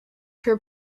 her